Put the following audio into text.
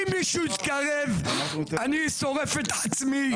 אם מישהו יתקרב אני שורף את עצמי,